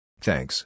Thanks